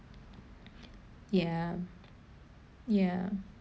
ya ya